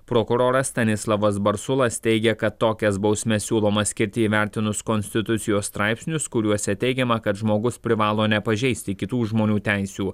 prokuroras stanislavas barsulas teigia kad tokias bausmes siūloma skirti įvertinus konstitucijos straipsnius kuriuose teigiama kad žmogus privalo nepažeisti kitų žmonių teisių